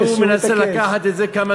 אז הוא מנסה לקחת את זה כמה,